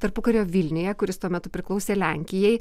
tarpukario vilniuje kuris tuo metu priklausė lenkijai